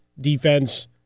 defense